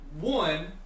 one